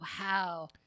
Wow